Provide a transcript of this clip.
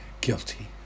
guilty